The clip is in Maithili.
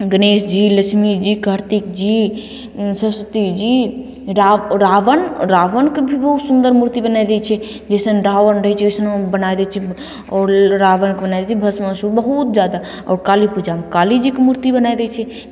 गणेश जी लक्ष्मी जी कार्तिक जी सरस्वती जी रा रावण रावणके भी बहुत सुन्दर मूर्ति बनाय दै छै जैसन रावण रहय छै वैसन बनाय दै छै आओर रावणके ओनाहिते भस्मासुर बहुत जादा आओर काली पूजामे काली जीके मूर्ति बनाय दै छै का